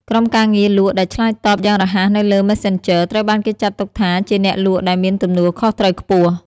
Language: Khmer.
ក្រុមការងារលក់ដែលឆ្លើយតបយ៉ាងរហ័សនៅលើ Messenger ត្រូវបានគេចាត់ទុកថាជាអ្នកលក់ដែលមានទំនួលខុសត្រូវខ្ពស់។